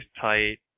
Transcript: tight